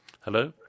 Hello